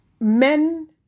men